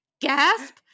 Gasp